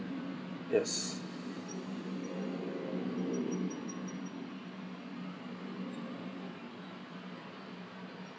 yes